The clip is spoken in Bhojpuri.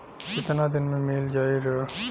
कितना दिन में मील जाई ऋण?